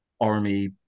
army